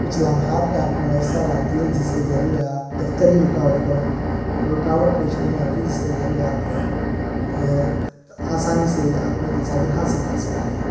کچھ لمحات میں آپ کو میسر آتی ہے جس کے ذریعے آپ دفتری رکاوٹوں رکاوٹ پیش نہیں آتی جس کے ذریعے آپ جو ہے آسانی سے اپنی تصاویر حاصل کر سکتے ہیں